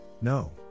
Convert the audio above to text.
no